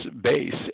base